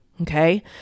Okay